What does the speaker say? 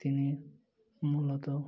তিনি মূলত